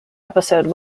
episode